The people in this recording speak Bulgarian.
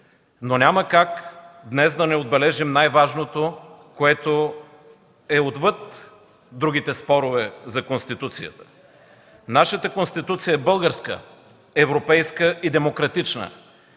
но няма как днес да не отбележим най-важното, което е отвъд другите спорове за Конституцията. Нашата Конституция е българска, европейска и демократична.